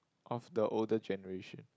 of the older generation